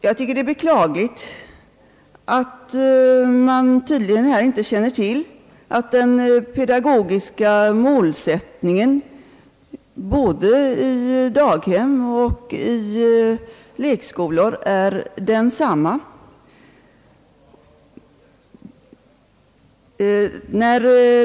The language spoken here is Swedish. Jag finner det beklagligt att man tydligen inte känner till att den pedagogiska målsättningen är densamma i daghem och lekskolor.